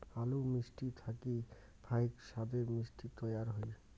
মিষ্টি আলু থাকি ফাইক সাদের মিষ্টি তৈয়ার হই